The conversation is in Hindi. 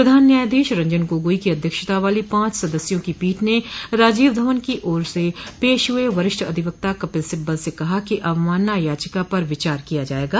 प्रधान न्यायाधीश रंजन गोगोई की अध्यक्षता वाली पांच सदस्यों की पीठ ने राजीव धवन की ओर से पेश हुए वरिष्ठ अधिवक्ता कपिल सिब्बल से कहा कि अवमानना याचिका पर विचार किया जाएगा